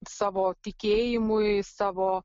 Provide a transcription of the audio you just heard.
savo tikėjimui savo